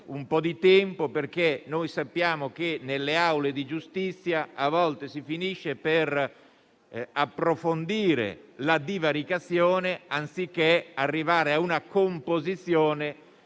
un po' di tempo perché sappiamo che nelle aule di giustizia a volte si finisce per approfondire la divaricazione, anziché arrivare a una composizione,